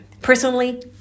personally